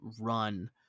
run